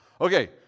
Okay